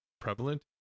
prevalent